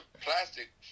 plastic